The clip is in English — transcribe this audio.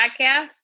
Podcast